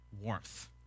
warmth